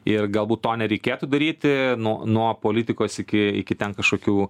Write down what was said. ir galbūt to nereikėtų daryti nuo nuo politikos iki iki ten kažkokių